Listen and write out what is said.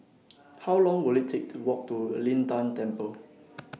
How Long Will IT Take to Walk to Lin Tan Temple